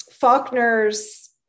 Faulkner's